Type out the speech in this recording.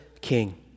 king